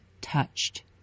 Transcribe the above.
Touched